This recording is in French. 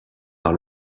par